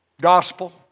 gospel